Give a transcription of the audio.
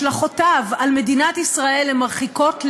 השלכותיו על מדינת ישראל הן מרחיקות לכת,